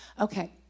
Okay